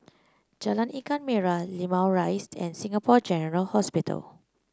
Jalan Ikan Merah Limau Rise and Singapore General Hospital